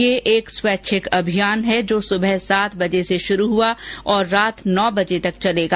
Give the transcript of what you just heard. यह एक स्वैच्छिक अभियान है जो सुबह सात बजे से शुरू हुआ और रात नौ बजे तक चलेगा